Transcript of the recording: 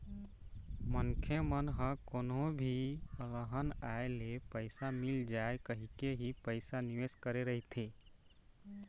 मनखे मन ह कोनो भी अलहन आए ले पइसा मिल जाए कहिके ही पइसा निवेस करे रहिथे